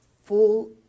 full